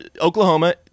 Oklahoma